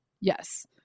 Yes